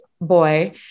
boy